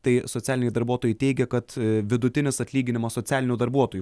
tai socialiniai darbuotojai teigia kad vidutinis atlyginimas socialinių darbuotojų